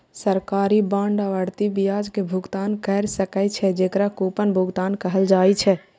सरकारी बांड आवर्ती ब्याज के भुगतान कैर सकै छै, जेकरा कूपन भुगतान कहल जाइ छै